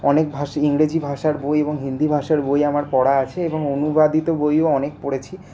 অনেক ভাষা ইংরেজি ভাষার বই এবং হিন্দি ভাষার বই আমার পড়া আছে এবং অনুবাদিত বইও অনেক পড়েছি